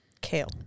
Kale